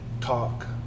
talk